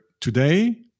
today